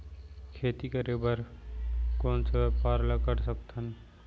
खेती करे बर कोन से व्यापार ला कर सकथन?